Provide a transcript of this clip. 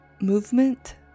movement